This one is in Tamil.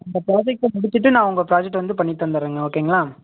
இந்த ப்ராஜெக்ட்டை முடிச்சுட்டு நான் உங்கள் ப்ராஜெக்ட் வந்து பண்ணி தந்துடறேங்க ஓகேங்களா